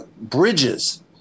bridges